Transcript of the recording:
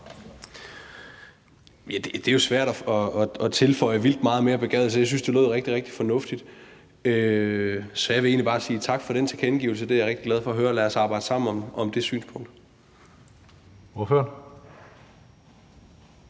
Det er jo svært at tilføje vildt meget mere begavet til det. Jeg synes, at det lød rigtig, rigtig fornuftigt, så jeg vil egentlig bare sige tak for den tilkendegivelse. Det er jeg rigtig glad for at høre. Lad os da arbejde sammen om det synspunkt. Kl.